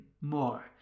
more